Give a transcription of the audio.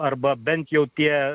arba bent jau tie